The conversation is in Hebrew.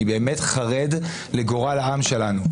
אני באמת חרד לגורל העם שלנו.